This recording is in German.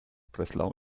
breslau